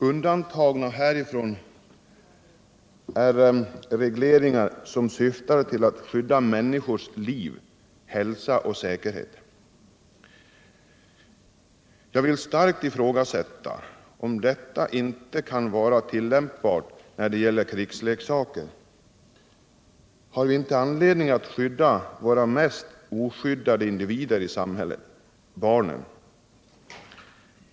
Undantagna härifrån är regleringar som syftar till att skydda människors liv, hälsa och säkerhet. Jag vill starkt ifrågasätta om inte detta kan vara tillämpbart när det gäller krigsleksaker. Har vi inte anledning att skydda våra mest oskyddade individer i samhället — barnen?